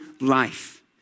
life